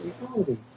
reality